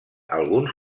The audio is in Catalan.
alguns